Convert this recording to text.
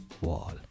wall